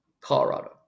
Colorado